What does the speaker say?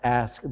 ask